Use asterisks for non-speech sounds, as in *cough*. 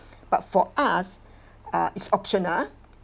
*breath* but for us uh it's optional